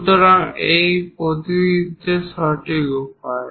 সুতরাং এই প্রতিনিধিত্বর সঠিক উপায়